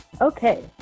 Okay